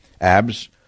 Abs